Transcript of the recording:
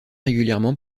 régulièrement